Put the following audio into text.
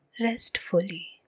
restfully